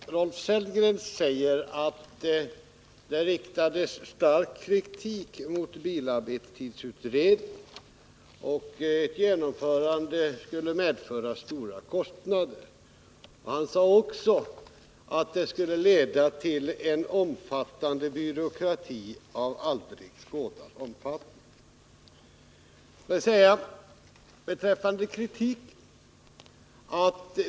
Herr talman! Rolf Sellgren säger att det riktades stark kritik mot bilarbetstidsutredningen och att ett genomförande av dess förslag skulle medföra stora kostnader. Han sade också att det skulle leda till en omfattande byråkrati av aldrig skådad omfattning.